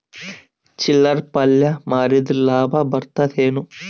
ಚಿಲ್ಲರ್ ಪಲ್ಯ ಮಾರಿದ್ರ ಲಾಭ ಬರತದ ಏನು?